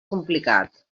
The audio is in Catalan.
complicat